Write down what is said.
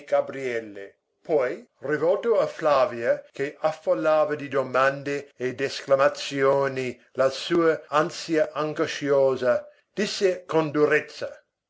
gabriele poi rivolto a flavia che affollava di domande e d'esclamazioni la sua ansia angosciosa disse con durezza